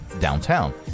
downtown